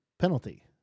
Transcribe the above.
penalty